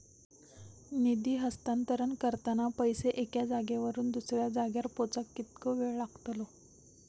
निधी हस्तांतरण करताना पैसे एक्या जाग्यावरून दुसऱ्या जाग्यार पोचाक कितको वेळ लागतलो?